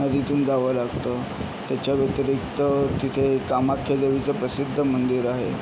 नदीतून जावं लागतं त्याच्याव्यतिरिक्त तिथे कामाख्या देवीचं प्रसिद्ध मंदिर आहे